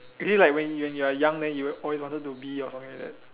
okay like when when you're young then you always wanted to be or something like that